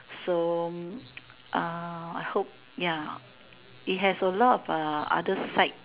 so uh I hope ya it has a lot uh other sides